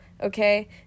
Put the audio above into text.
okay